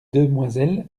demoiselles